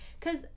cause